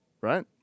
right